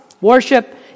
Worship